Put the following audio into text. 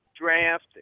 draft